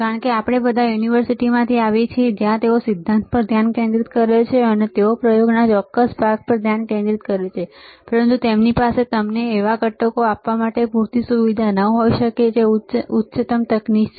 કારણ કે આપણે બધા યુનિવર્સિટીઓમાંથી આવ્યા છીએ જ્યાં તેઓ સિદ્ધાંત પર ધ્યાન કેન્દ્રિત કરે છે અને તેઓ પ્રયોગોના ચોક્કસ સેટ પર ધ્યાન કેન્દ્રિત કરે છેપરંતુ તેમની પાસે તમને એવા તમામ ઘટકો આપવા માટે પૂરતી સુવિધા ન હોઈ શકે જે ઉચ્ચતમ તકનીક છે